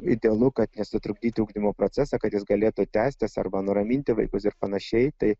idealu kad nesitrukdyt ugdymo procesą kad jis galėtų tęstis arba nuraminti vaikus ir panašiai tai